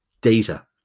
data